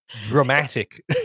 dramatic